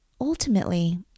ultimately